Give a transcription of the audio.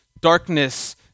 darkness